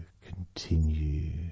continue